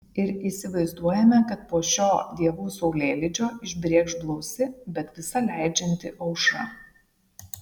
ir įsivaizduojame kad po šio dievų saulėlydžio išbrėkš blausi bet visa leidžianti aušra